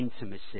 intimacy